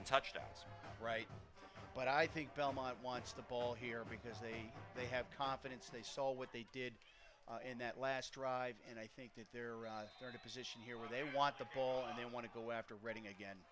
in touchdowns right but i think belmont wants the ball here because they they have confidence they saw what they did in that last drive and i think that they're going to position here where they want the ball and they want to go after reading again